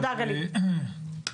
מירב בן ארי, יו"ר ועדת ביטחון פנים: